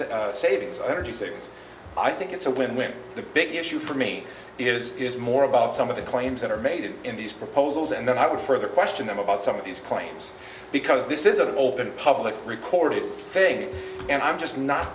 savings and energy savings i think it's a win win the big issue for me is is more about some of the claims that are made in these proposals and then i would further question them about some of these claims because this is an open public record thing and i'm just not